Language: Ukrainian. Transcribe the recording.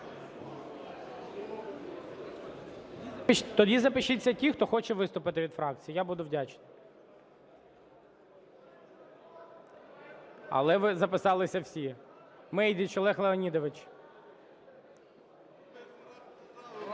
Тоді запишіться ті, хто хоче виступити від фракцій. Я буду вдячний. Але ви записалися всі. Мейдич Олег Леонідович.